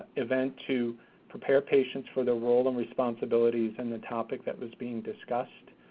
event to prepare patients for their role and responsibilities in the topic that was being discussed.